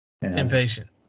Impatient